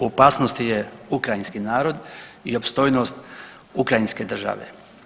U opasnosti je ukrajinski narod i opstojnost ukrajinske države.